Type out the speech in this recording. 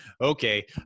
okay